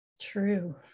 true